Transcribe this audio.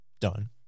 done